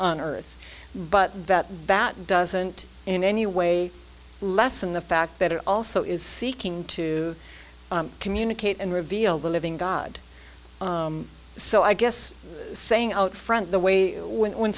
on earth but that bat doesn't in any way lessen the fact that it also is seeking to communicate and reveal the living god so i guess saying out front the way when